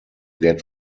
get